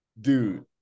dude